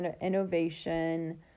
innovation